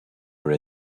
are